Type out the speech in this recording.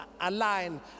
align